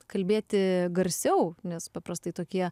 kalbėti garsiau nes paprastai tokie